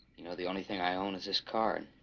you know, the only thing i own is this car